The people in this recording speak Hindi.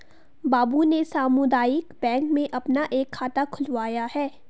बाबू ने सामुदायिक बैंक में अपना एक खाता खुलवाया है